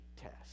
test